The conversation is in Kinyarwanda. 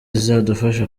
zizadufasha